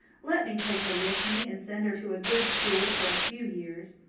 let me take her with me and send her to a good school for a few years.